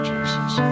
Jesus